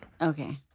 Okay